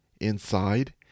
inside